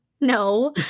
No